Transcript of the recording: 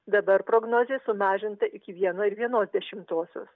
dabar prognozė sumažinta iki vieno ir vienos dešimtosios